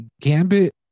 Gambit